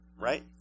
Right